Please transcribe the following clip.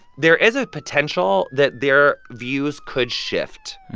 there is a potential that their views could shift.